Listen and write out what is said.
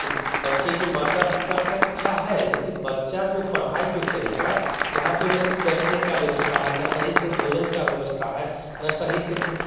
तो बच्चे को माता पिता का इच्छा है लेकिन बच्चा जो पढ़ाई जो करेगा वहाँ तो ना सिर्फ बैठने का व्यवस्था है ना सही से भोजन का व्यवस्था है ना सही से